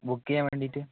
book ചെയ്യാൻ വേണ്ടിയിട്ട്